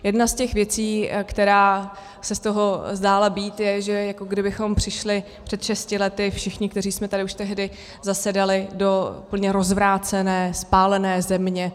Jedna z těch věcí, která se z toho zdála být, je, že jako kdybychom přišli před šesti lety všichni, kteří jsme tady už tehdy zasedali, do úplně rozvrácené, spálené země.